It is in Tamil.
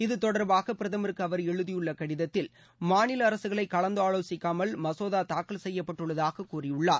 இதுதொடர்பாக பிரதமருக்கு அவர் எழுதியுள்ள கடிதத்தில் மாநில அரசுகளை கலந்து ஆலோசிக்காமல் மசோதா தாக்கல் செய்யப்பட்டுள்ளதாகக் கூறியுள்ளார்